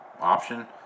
option